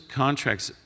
contracts